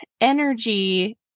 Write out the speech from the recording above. energy